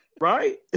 Right